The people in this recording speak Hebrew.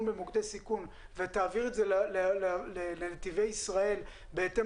מוקדי סיכון ותעבירי את זה לנתיבי ישראל בהתאם